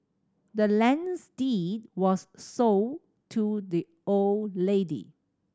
the land's deed was sold to the old lady